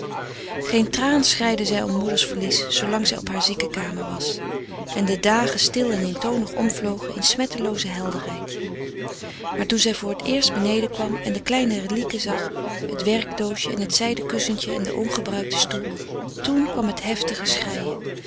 geen traan schreide zij om moeders verlies zoolang zij op haar zieke kamer was en de dagen stil en eentonig omvlogen in smettelooze helderheid maar toen zij voor t eerst beneden kwam en de kleine relieken zag het werkdoosje en het zijden kussentje en den ongebruikten stoel toen kwam het heftige schreien